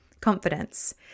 confidence